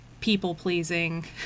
people-pleasing